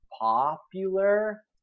popular